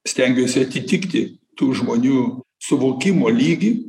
stengiuosi atitikti tų žmonių suvokimo lygį